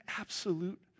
absolute